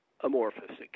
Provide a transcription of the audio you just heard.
amorphous